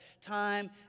time